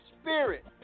Spirit